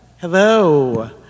Hello